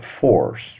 force